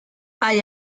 hay